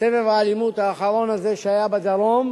שסבב האלימות האחרון הזה שהיה בדרום